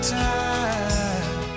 time